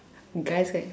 guys leh